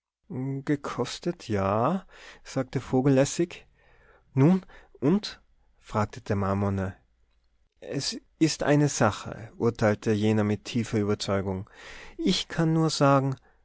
gekostet ja sagte vogel lässig nun und fragte der marmorne es ist eine sache urteilte jener mit tiefer überzeugung ich kann nur sagen